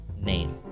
name